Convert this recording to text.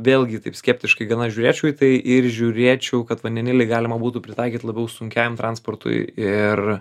vėlgi taip skeptiškai gana žiūrėčiau į tai ir žiūrėčiau kad vandenilį galima būtų pritaikyt labiau sunkiajam transportui ir